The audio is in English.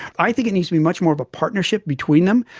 i think it needs to be much more of a partnership between them.